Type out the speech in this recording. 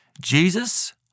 Jesus